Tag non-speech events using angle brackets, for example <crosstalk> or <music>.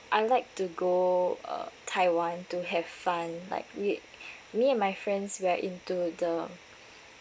I like to go uh taiwan to have fun like we <breath> me and my friends we're into the